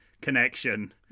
Connection